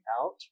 out